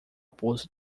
poço